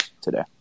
today